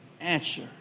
answer